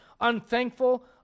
unthankful